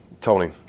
Tony